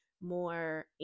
more